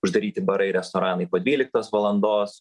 uždaryti barai restoranai po dvyliktos valandos